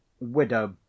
widow